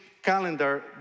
Calendar